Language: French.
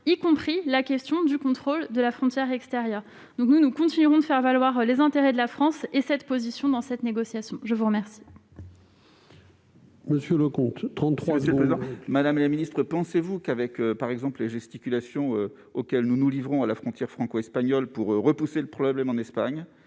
y compris celui du contrôle de la frontière extérieure. Nous continuerons à faire valoir les intérêts de la France et cette position dans cette négociation. La parole est à M. Jean-Yves Leconte, pour la réplique. Madame la ministre, pensez-vous que, par exemple, les gesticulations auxquelles nous nous livrons à la frontière franco-espagnole pour repousser le problème en Espagne